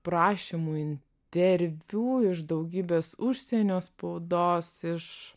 prašymų interviu iš daugybės užsienio spaudos iš